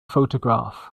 photograph